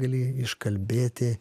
gali iškalbėti